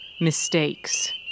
Mistakes